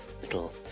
little